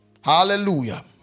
Hallelujah